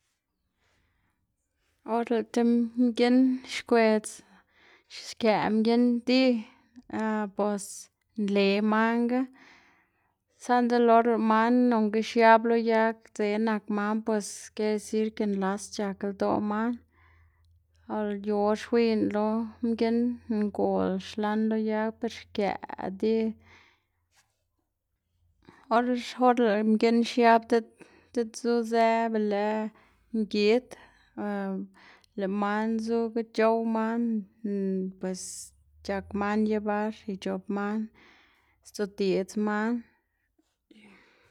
Or lëꞌ ti mginn xkwedz xkëꞌ mginn di bos nle manga, saꞌnda lëꞌ or lëꞌ mna nonga xiab lo yag dzeꞌ nak man pues kiere desir ke nlas c̲h̲ak ldoꞌ man or lëꞌ yu or xwiyná lo mginn ngol xlan lo yag ber xkëꞌ di, or or lëꞌ mginn xiab diꞌt diꞌt zuzë be lë ngid lëꞌ man zuga c̲h̲ow man pues c̲h̲ak man llebar ic̲h̲op man sdzudiꞌdz man.